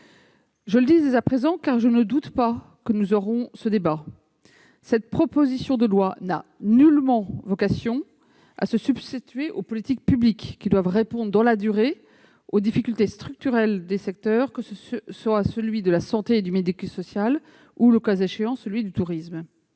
Je le dis dès à présent, car je ne doute pas que nous aurons ce débat : cette proposition de loi n'a nullement vocation à se substituer aux politiques publiques qui doivent répondre dans la durée aux difficultés structurelles du secteur de la santé, du secteur médico-social ou, le cas échéant, de celui du tourisme.